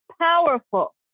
powerful